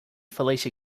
felicia